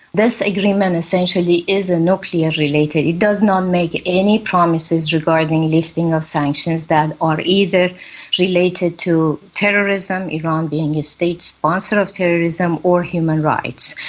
this agreement essentially is nuclear related, it does not make any promises regarding lifting of sanctions that are either related to terrorism, iran being a state sponsor of terrorism, or human rights.